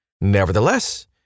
Nevertheless